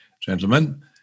Gentlemen